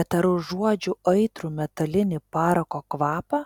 bet ar užuodžiu aitrų metalinį parako kvapą